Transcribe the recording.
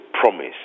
promise